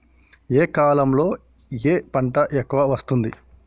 ఏ కాలంలో ఏ పంట ఎక్కువ వస్తోంది?